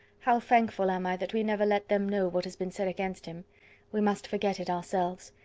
how thankful am i that we never let them know what has been said against him we must forget it ourselves.